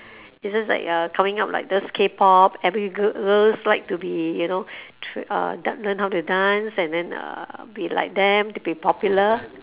it's just like uh coming up like those Kpop every girl girls like to be you know tr~ dan~ uh learn how to dance and then uh be like them to be popular